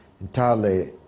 entirely